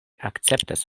akceptas